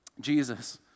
Jesus